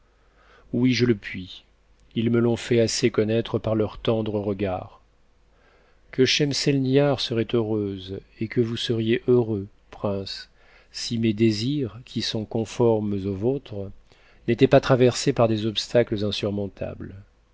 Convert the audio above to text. oui je le puis ils me l'ont fait assez conhaître parleurs tendres regards que schemselnihar serait heureuse ci que vous seriez heureux prince si mes désirs qui sont conformes aux vôtres n'étaient pas traversés par des obstacles insurmontables